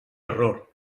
error